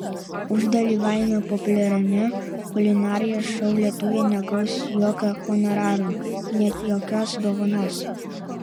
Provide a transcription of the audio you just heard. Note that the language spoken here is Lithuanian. už dalyvavimą populiariame kulinarijos šou lietuvė negaus jokio honoraro net jokios dovanos